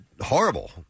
horrible